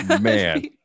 Man